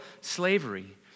slavery